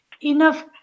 enough